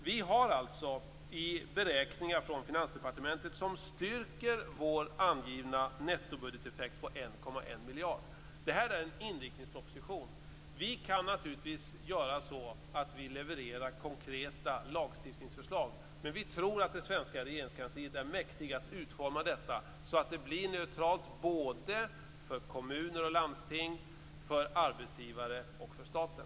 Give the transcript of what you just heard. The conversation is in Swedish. Vi har beräkningar från Finansdepartementet som styrker vår angivna nettobudgeteffekt på 1,1 miljard. Detta är en inriktningsproposition. Vi kan naturligtvis leverera konkreta lagstiftningsförslag, men vi tror att det svenska regeringskansliet är mäktigt att utforma detta så att det blir neutralt för kommuner och landsting, för arbetsgivare och för staten.